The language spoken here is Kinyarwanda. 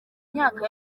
myaka